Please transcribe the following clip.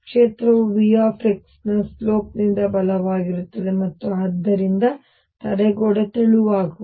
ಕ್ಷೇತ್ರವು V ನ slope ನಿಂದ ಬಲವಾಗಿರುತ್ತದೆ ಮತ್ತು ಆದ್ದರಿಂದ ತಡೆಗೋಡೆ ತೆಳುವಾಗುವುದು